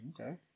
Okay